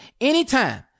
anytime